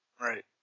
Right